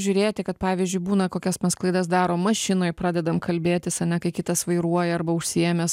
žiūrėti kad pavyzdžiui būna kokias mes klaidas darom mašinoj pradedam kalbėtis ane kai kitas vairuoja arba užsiėmęs